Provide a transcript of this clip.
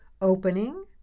opening